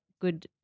good